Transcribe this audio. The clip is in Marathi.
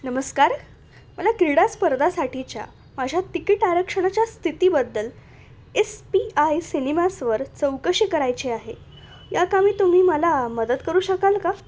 नमस्कार मला क्रीडा स्पर्धासाठीच्या माझ्या तिकीट आरक्षणाच्या स्थितीबद्दल एस पी आय सिनेमासवर चौकशी करायची आहे या कामी तुम्ही मला मदत करू शकाल का